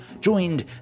joined